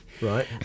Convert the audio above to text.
Right